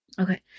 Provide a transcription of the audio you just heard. okay